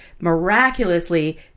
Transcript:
miraculously